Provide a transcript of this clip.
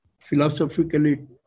philosophically